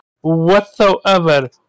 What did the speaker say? whatsoever